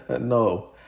No